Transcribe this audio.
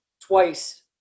twice